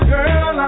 Girl